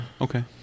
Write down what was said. Okay